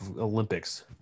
Olympics